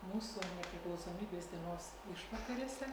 mūsų nepriklausomybės dienos išvakarėse